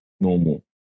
normal